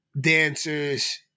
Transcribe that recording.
dancers